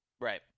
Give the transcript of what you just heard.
Right